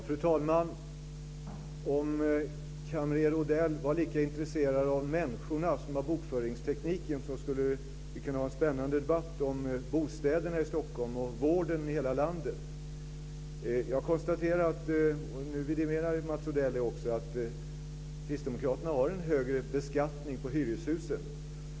Fru talman! Om kamrer Odell var lika intresserad av människorna som av bokföringstekniken skulle vi kunna ha en spännande debatt om bostäderna i Stockholm och vården i hela landet. Jag konstaterar - och Mats Odell vidimerar detta - att Kristdemokraterna föreslår en högre beskattning av hyreshusen.